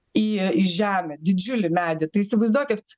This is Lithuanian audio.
į į žemę didžiulį medį tai įsivaizduokit